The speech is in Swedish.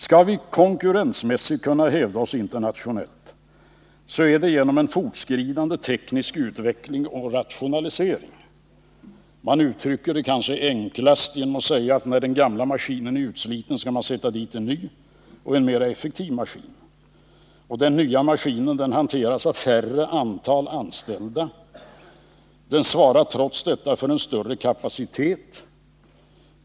Skall vi konkurrensmässigt kunna hävda oss internationellt är det genom en fortskridande teknisk utveckling och rationalisering. Man uttrycker det kanske enklast genom att säga: När den gamla maskinen är utsliten skall man sätta dit en ny och mer effektiv maskin. Den nya maskinen hanteras av färre anställda, men den svarar trots detta för en större kapacitet.